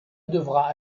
devra